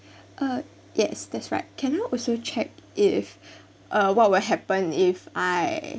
uh yes that's right can I also check if uh what will happen if I